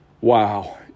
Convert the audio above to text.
wow